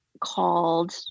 called